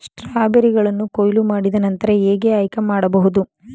ಸ್ಟ್ರಾಬೆರಿಗಳನ್ನು ಕೊಯ್ಲು ಮಾಡಿದ ನಂತರ ಹೇಗೆ ಆಯ್ಕೆ ಮಾಡಬಹುದು?